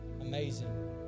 Amazing